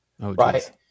right